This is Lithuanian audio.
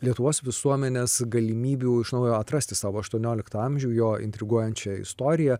lietuvos visuomenės galimybių iš naujo atrasti savo aštuonioliktą amžių jo intriguojančią istoriją